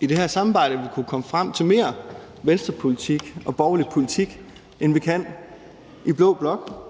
i det her samarbejde vil kunne komme frem til mere Venstrepolitik og borgerlig politik, end vi kan i blå blok